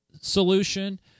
solution